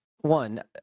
One